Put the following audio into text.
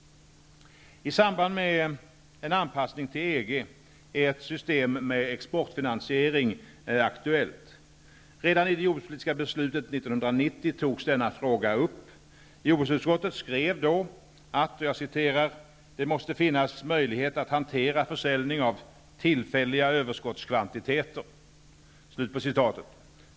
I samband med en anpassning till EG är ett system med exportfinansiering aktuellt. Redan i det jordbrukspolitiska beslutet 1990 togs denna fråga upp. Jordbruksutskottet skrev då: ''Det måste finnas möjlighet att hantera försäljning av tillfälliga överskottskvantiteter.''